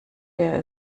leer